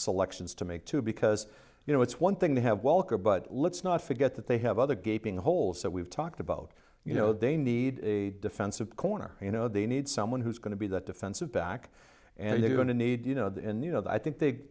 selections to make too because you know it's one thing to have welker but let's not forget that they have other gaping holes that we've talked about you know they need a defensive corner you know they need someone who's going to be that defensive back and they're going to need you know and you know i think they